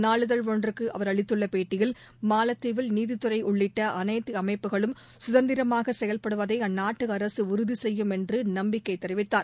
நாளிதழ் ஒன்றுக்கு அவர் அளித்துள்ள பேட்டியில் மாலத்தீவில் நீதித்துறை உள்ளிட்ட அனைத்து அமைப்புகளும் கதந்திரமாக செயல்படுவதை அந்நாட்டு அரசு உறுதிசெய்யும் என்று நம்பிக்கை தெரிவித்தார்